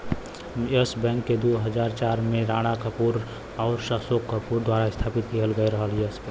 yes Bank के दू हज़ार चार में राणा कपूर आउर अशोक कपूर द्वारा स्थापित किहल गयल रहल